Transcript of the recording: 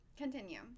Continue